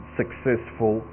successful